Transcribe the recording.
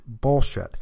bullshit